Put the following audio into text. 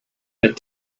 that